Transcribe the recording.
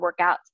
workouts